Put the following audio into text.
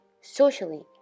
socially